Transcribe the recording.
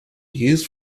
used